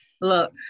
look